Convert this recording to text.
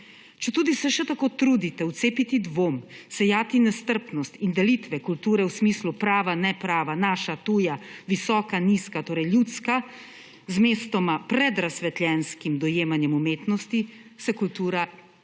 Četudi se še tako trudite vcepiti dvom, sejati nestrpnost in delitev kulture v smislu prava, neprava, naša, tuja, visoka, nizka, torej ljudska, mestoma s predrazsvetljenskim dojemanjem umetnosti, se kultura ne preda.